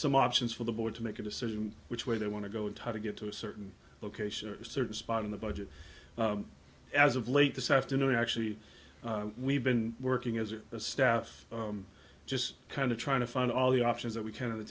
some options for the board to make a decision which way they want to go and how to get to a certain location or a certain spot in the budget as of late this afternoon actually we've been working as a staff just kind of trying to find all the options that we can of the